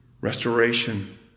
Restoration